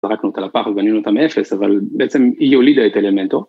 ‫זרקנו אותה לפח ובנינו אותה מאפס, ‫אבל בעצם היא הולידה את אלמנטו.